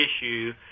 issue